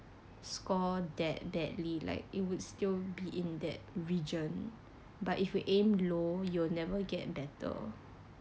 score that badly like it will still be in that region but if you aim low you'll never get better